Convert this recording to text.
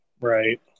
Right